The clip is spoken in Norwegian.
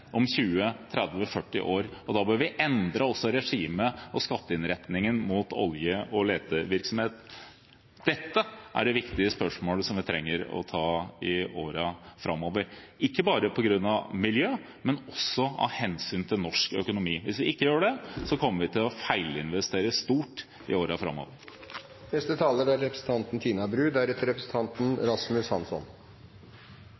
om 20–30–40 år kunne hente opp med lønnsomhet. Vi bør endre regimet og skatteinnretningen for olje- og letevirksomhet. Dette er det viktige spørsmålet vi trenger å svare på i årene framover, ikke bare på grunn av miljø, men også av hensyn til norsk økonomi. Hvis vi ikke gjør det, kommer vi til å feilinvestere stort i